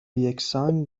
یکسان